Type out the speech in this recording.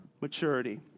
maturity